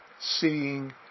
seeing